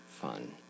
fun